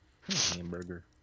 hamburger